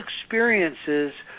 experiences